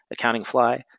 AccountingFly